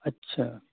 اچھا